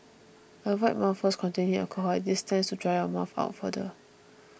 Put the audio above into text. avoid mouthwash containing alcohol as this tends to dry your mouth out further